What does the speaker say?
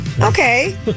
Okay